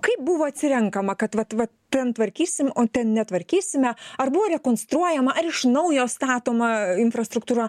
kaip buvo atsirenkama kad vat vat ten tvarkysim o ten netvarkysime ar buvo rekonstruojama ar iš naujo statoma infrastruktūra